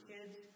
Kids